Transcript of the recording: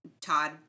Todd